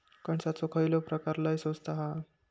कणसाचो खयलो प्रकार लय स्वस्त हा?